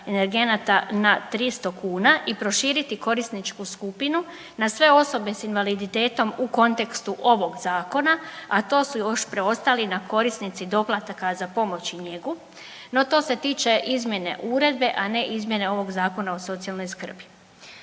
na 300 kuna i proširiti korisničku skupinu na sve osobe s invaliditetom u kontekstu ovog zakona, a to su još preostali na korisnici doplatka za pomoć i njegu, no to se tiče izmjene uredbe, a ne izmjene ovog Zakona o socijalnoj skrbi.